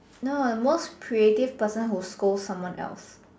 no the most creative person who scold someone else